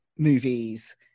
movies